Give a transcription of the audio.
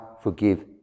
forgive